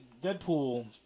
Deadpool